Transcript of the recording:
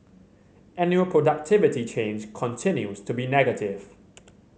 annual productivity change continues to be negative